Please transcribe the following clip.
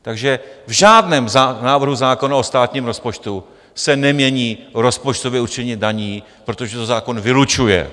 Takže v žádném návrhu zákona o státním rozpočtu se nemění rozpočtové určení daní, protože to zákon vylučuje.